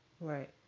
Right